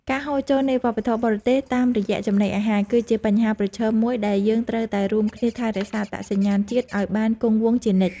ការហូរចូលនៃវប្បធម៌បរទេសតាមរយៈចំណីអាហារ គឺជាបញ្ហាប្រឈមមួយដែលយើងត្រូវតែរួមគ្នាថែរក្សាអត្តសញ្ញាណជាតិឲ្យបានគង់វង្សជានិច្ច។